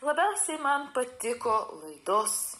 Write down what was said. labiausiai man patiko tos